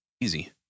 easy